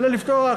אלא לפתוח,